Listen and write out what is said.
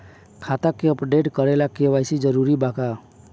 खाता के अपडेट करे ला के.वाइ.सी जरूरी बा का?